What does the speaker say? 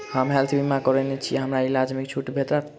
हम हेल्थ बीमा करौने छीयै हमरा इलाज मे छुट कोना भेटतैक?